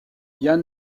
jan